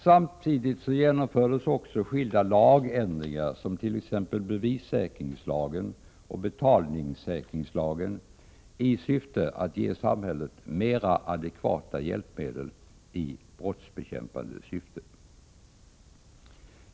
Samtidigt genomfördes även skilda lagändringar, t.ex. i fråga om bevissäkringslagen och betalningssäkringslagen, i syfte att ge samhället mer adekvata hjälpmedel i brottsbekämpande syfte.